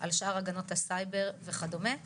על שאר הגנות הסייבר וכדומה ובאמת,